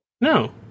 No